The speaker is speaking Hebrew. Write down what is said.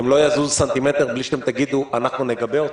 הם לא יזוזו סנטימטר בלי שאתם תגידו - אנחנו נגבה אתכם.